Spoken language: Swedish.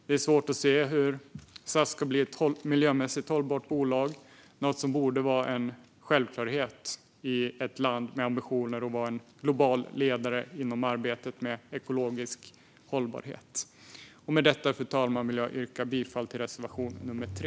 Det är svårt att se hur SAS ska bli ett miljömässigt hållbart bolag, något som borde vara en självklarhet i ett land med ambitionen att vara en global ledare inom arbetet med ekologisk hållbarhet. Med detta, fru talman, vill jag yrka bifall till reservation nummer 3.